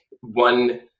one